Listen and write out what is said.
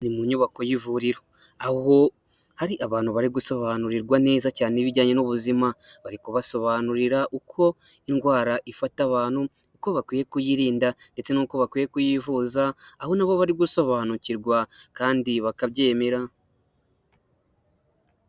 Ni mu nyubako y'ivuriro aho hari abantu bari gusobanurirwa neza cyane ibijyanye n'ubuzima, bari kubasobanurira uko indwara ifata abantu uko bakwiye kuyirinda ndetse n'uko bakwiye kuyivuza aho nabo bari gusobanukirwa kandi bakabyemera.